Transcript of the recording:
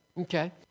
Okay